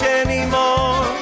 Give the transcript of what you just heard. anymore